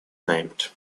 named